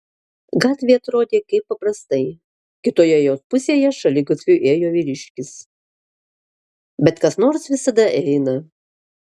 gatvė atrodė kaip paprastai kitoje jos pusėje šaligatviu ėjo vyriškis bet kas nors visada eina